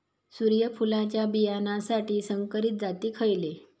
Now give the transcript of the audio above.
सूर्यफुलाच्या बियानासाठी संकरित जाती खयले?